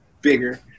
bigger